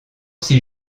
six